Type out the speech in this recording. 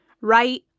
Right